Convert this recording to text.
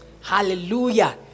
hallelujah